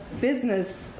business